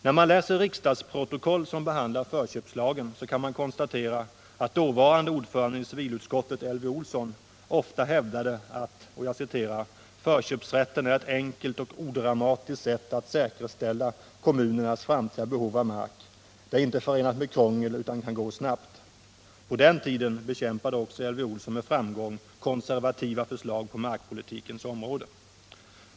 När man läser riksdagsprotokoll som behandlar förköpslagen kan man konstatera att dåvarande ordföranden i civilutskottet Elvy Olsson ofta hävdade: ”Förköpsrätten är ett enkelt och odramatiskt sätt att säkerställa kommunernas framtida behov av mark. Det är inte förenat med krångel utan kan gå snabbt.” På den tiden bekämpade också Elvy Olsson med framgång konservativa förslag på markpolitikens område.